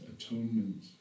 atonement